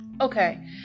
okay